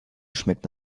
schmeckt